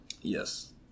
Yes